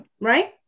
Right